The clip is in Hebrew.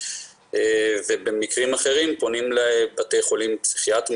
ובמקרים אחרים פונים לבתי חולים פסיכיאטריים,